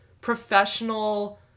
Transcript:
professional